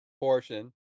portion